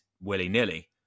willy-nilly